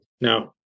Now